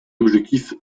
objectif